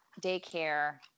daycare